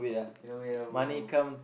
in a way ah bro